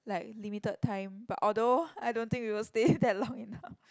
like limited time but although I don't think we will stay that long enough